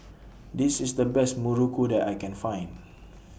This IS The Best Muruku that I Can Find